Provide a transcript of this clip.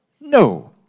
No